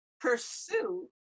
pursue